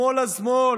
שמאל אז שמאל,